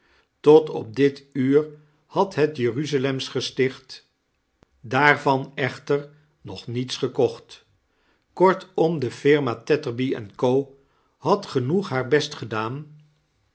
tot op dit uur had het jeruzalemsgesticht daarvan echter nog niets gekocht kortom de firma tetterby en co had gmoeg haar best gedaan